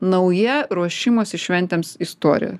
nauja ruošimosi šventėms istorija